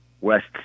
west